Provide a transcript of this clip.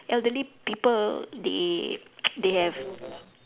elderly people they they have